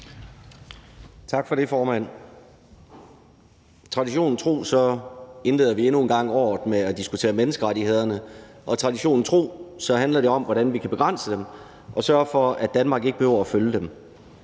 Tak for det, formand. Traditionen tro indleder vi endnu en gang året med at diskutere menneskerettigheder, og traditionen tro handler det om, hvordan vi kan begrænse dem og sørge for, at Danmark ikke behøver at følge dem.